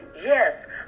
Yes